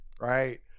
right